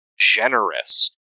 generous